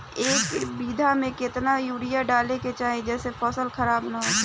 एक बीघा में केतना यूरिया डाले के चाहि जेसे फसल खराब ना होख?